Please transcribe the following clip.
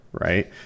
right